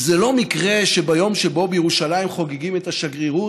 זה לא מקרה שביום שבו בירושלים חונכים את השגרירות,